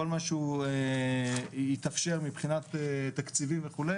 כל מה שהוא התאפשר מבחינת תקציבים וכו',